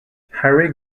harry